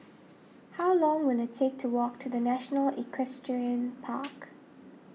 how long will it take to walk to the National Equestrian Park